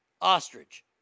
Ostrich